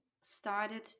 started